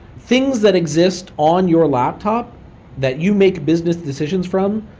things that exist on your laptop that you make business decisions from,